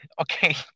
Okay